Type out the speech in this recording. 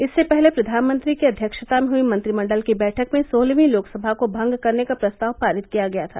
इससे पहले प्रधानमंत्री की अध्यक्षता में हूयी मंत्रिमण्डल की बैठक में सोलहवीं लोकसभा को भंग करने का प्रस्ताव पारित किया गया था